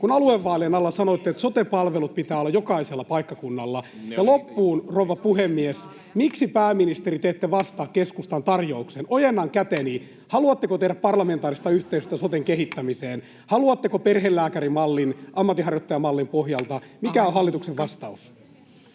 kun aluevaalien alla sanoitte, että sote-palvelut pitää olla jokaisella paikkakunnalla? Ja loppuun, rouva puhemies! Pääministeri, miksi te ette vastaa keskustan tarjoukseen? Ojennan käteni, haluatteko tehdä parlamentaarista yhteistyötä soten kehittämiseen? Haluatteko perhelääkärimallin ammatinharjoittajamallin pohjalta? [Puhemies: Aika!] Mikä on hallituksen vastaus?